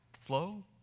slow